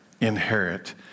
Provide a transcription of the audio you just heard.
inherit